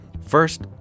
First